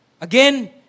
Again